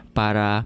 para